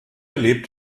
lebt